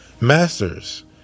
masters